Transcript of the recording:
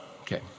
Okay